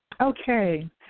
Okay